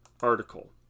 article